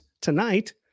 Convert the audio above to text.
tonight